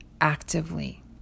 actively